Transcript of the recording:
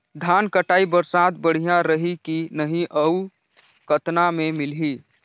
धान कटाई बर साथ बढ़िया रही की नहीं अउ कतना मे मिलही?